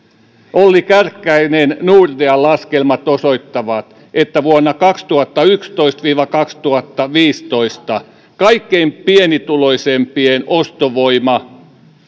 olli kärkkäisen laskelmat osoittavat että vuonna kaksituhattayksitoista viiva kaksituhattaviisitoista kaikkein pienituloisimpien ostovoima